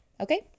Okay